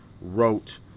wrote